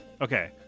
Okay